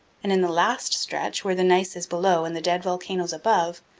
and in the last stretch, where the gneiss is below and the dead volcanoes above,